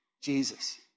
Jesus